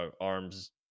arms